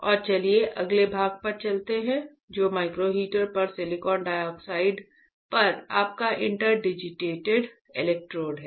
और चलिए अगले भाग पर चलते हैं जो माइक्रोहीटर पर सिलिकॉन डाइऑक्साइड पर आपका इंटरडिजिटेटेड इलेक्ट्रोड है